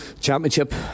championship